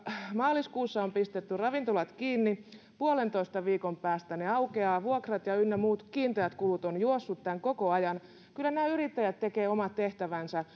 maaliskuussa on pistetty ravintolat kiinni puolentoista viikon päästä ne aukeavat vuokrat ynnä muut kiinteät kulut ovat juosseet tämän koko ajan kyllä nämä yrittäjät tekevät omat tehtävänsä